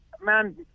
man